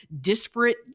disparate